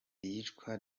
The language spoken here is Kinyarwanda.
iyicwa